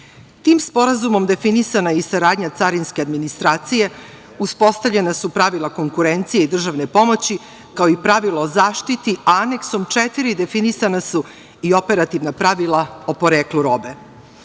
Tim sporazumom definisana je i saradnja carinske administracije, uspostavljena su pravila konkurencije i državne pomoći, kao i pravilo o zaštiti, a Aneksom 4 definisana su i operativna pravila o poreklu